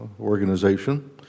organization